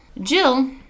Jill